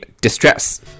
distress